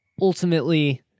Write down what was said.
ultimately